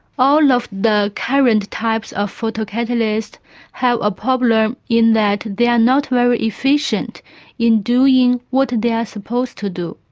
all of the current types of photocatalysts have a problem in that they are not very efficient in doing what they are supposed to do.